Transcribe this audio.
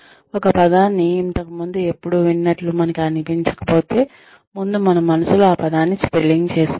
ఒక పదాన్ని ఇంతక ముందు ఎపుడు విన్నట్లు మనకి అనిపించకపోతే ముందు మన మనసులో ఆ పదాన్ని స్పెల్లింగ్ చేసుకోవాలి